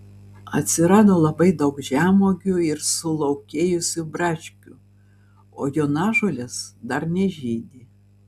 atsirado labai daug žemuogių ir sulaukėjusių braškių o jonažolės dar nežydi